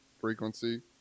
frequency